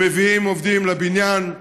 ומביאים עובדים לבניין,